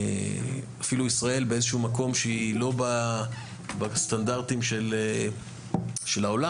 ישראל היא אפילו לא בסטנדרטים של העולם